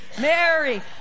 Mary